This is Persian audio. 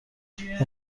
این